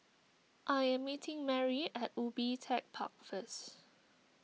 I am meeting Merry at Ubi Tech Park first